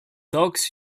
dogs